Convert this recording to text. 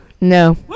No